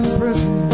prison